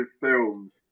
films